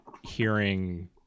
hearing